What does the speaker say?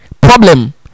problem